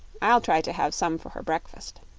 i'll try to have some for her breakfast.